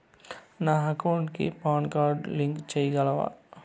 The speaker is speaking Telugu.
నా అకౌంట్ కు పాన్ కార్డు లింకు సేయగలరా?